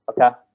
Okay